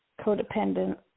codependent